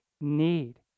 need